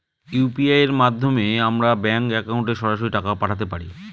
UPI এর মাধ্যমে আমরা ব্যাঙ্ক একাউন্টে সরাসরি টাকা পাঠাতে পারবো?